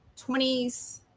20s